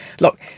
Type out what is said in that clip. look